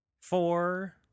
four